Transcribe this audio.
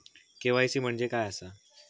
KYC म्हणजे काय आसा?